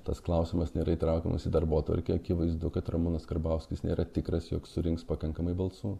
tas klausimas nėra įtraukiamas į darbotvarkę akivaizdu kad ramūnas karbauskis nėra tikras jog surinks pakankamai balsų